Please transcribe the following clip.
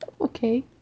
Okay